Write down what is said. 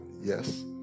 Yes